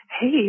Hey